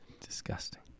disgusting